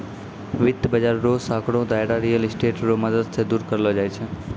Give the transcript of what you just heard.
वित्त बाजार रो सांकड़ो दायरा रियल स्टेट रो मदद से दूर करलो जाय छै